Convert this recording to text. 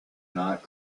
not